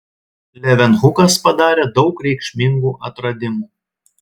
levenhukas padarė daug reikšmingų atradimų